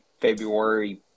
February